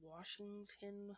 Washington